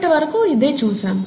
ఇప్పటి వరకు ఇదే చూసాము